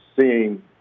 seeing